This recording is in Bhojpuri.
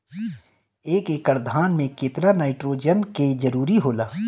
एक एकड़ धान मे केतना नाइट्रोजन के जरूरी होला?